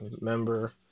member